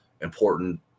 important